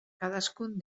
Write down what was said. cadascun